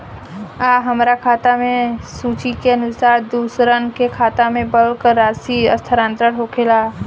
आ हमरा खाता से सूची के अनुसार दूसरन के खाता में बल्क राशि स्थानान्तर होखेला?